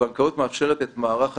הבנקאות מאפשרת את מערך התשלומים,